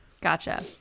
Gotcha